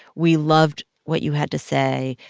we loved what you had to say.